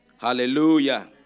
Hallelujah